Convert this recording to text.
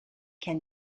can